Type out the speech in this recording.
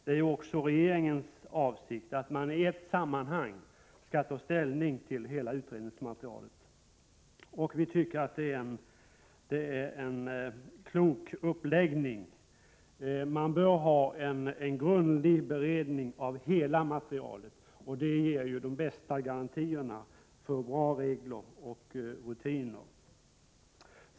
Det är också regeringens avsikt att man i ett sammanhang skall ta ställning till hela utredningsmaterialet. Vi tycker att det är en klok uppläggning. Man bör ha en grundlig beredning av hela materialet, eftersom det ger de bästa garantierna för bra regler och rutiner.